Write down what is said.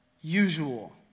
usual